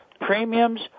premiums